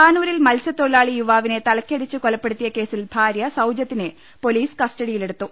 താനൂരിൽ മത്സൃതൊഴിലാളി യുവാവിനെ തലയ്ക്കടിച്ച് കൊലപ്പെടുത്തിയ കേസിൽ ഭാര്യ സൌജത്തിനെ പൊലീസ് കസ്റ്റ ഡിയിലെടുത്തു